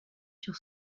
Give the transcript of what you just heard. sur